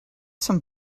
some